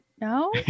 No